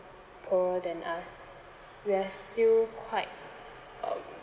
poorer than us we are still quite um